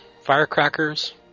Firecrackers